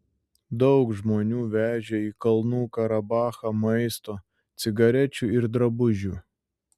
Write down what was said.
daug žmonių vežė į kalnų karabachą maisto cigarečių ir drabužių